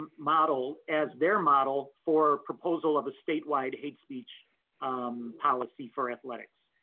model as their model for proposal of a statewide hate speech policy for athletics.